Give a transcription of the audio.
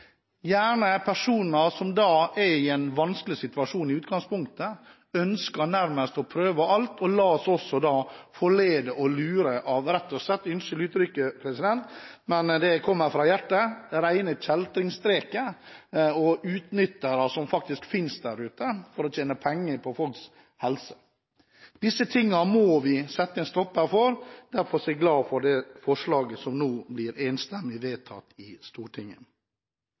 er i en vanskelig situasjon, som ønsker nærmest å prøve alt. De lar seg da forlede og lure av – unnskyld uttrykket, president, men det kommer fra hjertet – rett og slett rene kjeltringstreker, utnyttere som finnes der ute, som tjener penger på folks helse. Disse tingene må vi sette en stopper for, og derfor er jeg glad for det forslaget som nå blir enstemmig vedtatt i Stortinget.